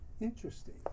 Interesting